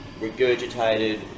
regurgitated